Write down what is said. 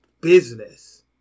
business